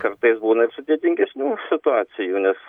kartais būna sudėtingesnių situacijų nes